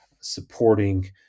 supporting